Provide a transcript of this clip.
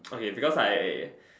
okay because I